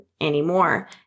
anymore